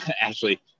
Ashley